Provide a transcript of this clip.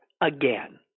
again